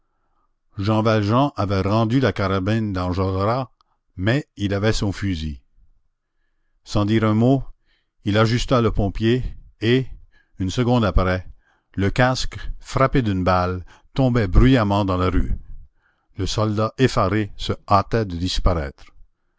jean valjean avait rendu la carabine d'enjolras mais il avait son fusil sans dire un mot il ajusta le pompier et une seconde après le casque frappé d'une balle tombait bruyamment dans la rue le soldat effaré se hâta de disparaître